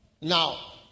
Now